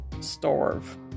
starve